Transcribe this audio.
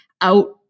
out